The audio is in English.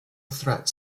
threat